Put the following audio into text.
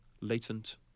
latent